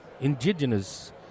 indigenous